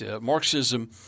Marxism